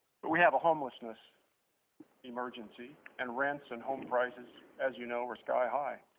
but we have a homelessness emergency and rents and home prices as you know are skyhigh.